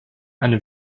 eine